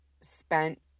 spent